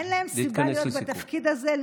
אין להם סיבה להיות בתפקיד הזה,